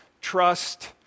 trust